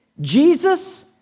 Jesus